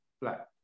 black